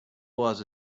was